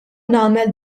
nagħmel